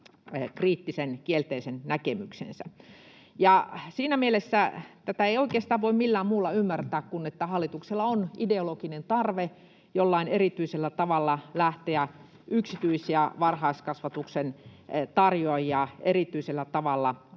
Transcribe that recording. kriittisen, kielteisen näkemyksensä. Siinä mielessä tätä ei oikeastaan voi millään muulla ymmärtää kuin että hallituksella on ideologinen tarve jollain erityisellä tavalla lähteä yksityisiä varhaiskasvatuksen tarjoajia rasittamaan